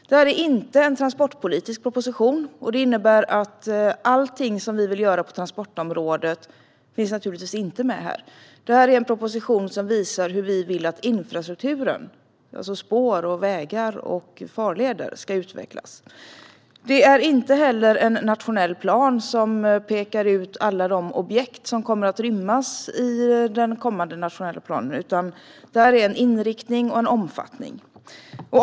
Det är inte en transportpolitisk proposition. Allt som vi vill göra på transportområdet finns alltså inte med här. Det här är en proposition som visar hur vi vill att infrastrukturen - alltså spår, vägar och farleder - ska utvecklas. Det är inte heller en nationell plan som pekar ut alla objekt som kommer att rymmas i den kommande nationella planen. Det här är en inriktning och en omfattning.